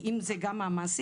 ואם זה גם המעסיק,